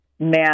Man